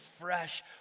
fresh